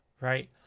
right